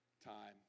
time